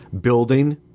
Building